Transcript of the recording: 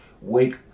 wake